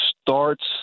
starts